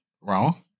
Wrong